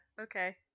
Okay